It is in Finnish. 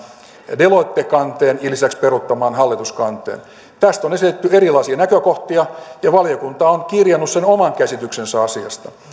deloitte kanteen ja lisäksi peruuttamaan hallituskanteen tästä on esitetty erilaisia näkökohtia ja valiokunta on kirjannut sen oman käsityksensä asiasta